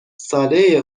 ساله